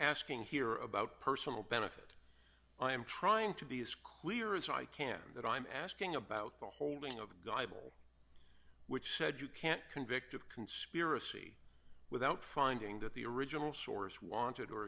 asking here about personal benefit i am trying to be as clear as i can that i'm asking about the holding of gobble which said you can't convict of conspiracy without finding that the original source wanted or